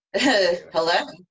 Hello